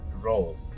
role